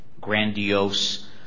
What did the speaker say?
grandiose